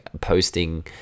posting